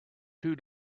two